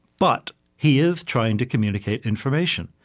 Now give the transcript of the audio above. but he is trying to communicate information,